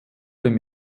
dem